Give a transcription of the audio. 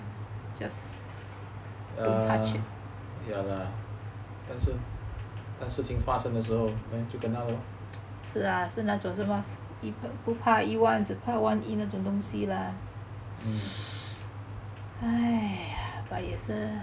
err ya lah 但是事情发生的时候 then 就 kena 了 lor